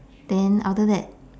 then after that